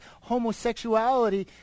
homosexuality